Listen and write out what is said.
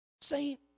saint